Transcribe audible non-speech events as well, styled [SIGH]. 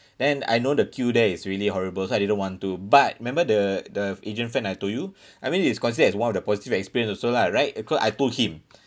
then I know the queue there is really horrible so I didn't want to but remember the the agent friend I told you [BREATH] I mean it's considered as one of the positive experience also lah right because I told him